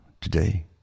today